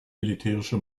militärische